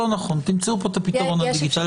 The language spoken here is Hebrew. תמצאו פה את הפתרון הדיגיטלי.